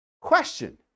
Question